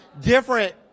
different